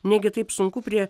negi taip sunku prie